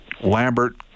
Lambert